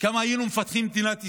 כמה היינו מפתחים את מדינת ישראל,